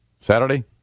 Saturday